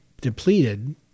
depleted